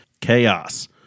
Chaos